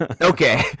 Okay